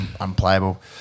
Unplayable